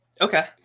Okay